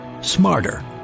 smarter